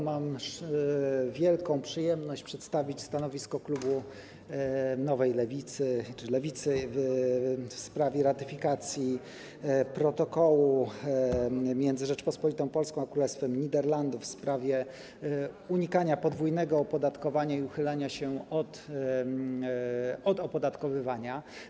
Mam wielką przyjemność przedstawić stanowisko klubu Lewicy dotyczące ratyfikacji protokołu między Rzecząpospolitą Polską a Królestwem Niderlandów w sprawie unikania podwójnego opodatkowania i uchylania się od opodatkowania.